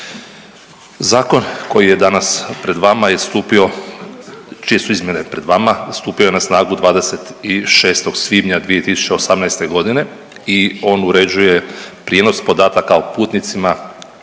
Zakon koji je danas pred vama je stupio, čije su izmjene pred vama, stupio je na snagu 26. svibnja 2018. g. i on uređuje prijenos podataka o putnicima